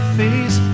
face